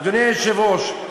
אדוני היושב-ראש,